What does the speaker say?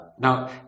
Now